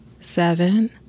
seven